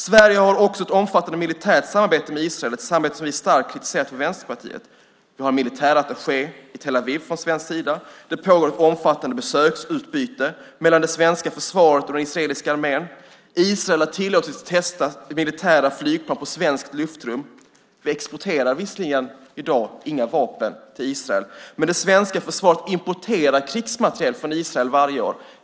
Sverige har också ett omfattande militärt samarbete med Israel, ett samhälle som vi i Vänsterpartiet starkt kritiserat. Vi har militärattaché i Tel Aviv från svensk sida. Det pågår ett omfattande besöksutbyte mellan det svenska försvaret och den israeliska armén. Israel har tillåtits testa militära flygplan i svenskt luftrum. Vi exporterar visserligen i dag inga vapen till Israel, men det svenska försvaret importerar krigsmateriel från Israel varje år.